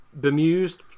bemused